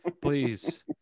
please